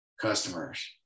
customers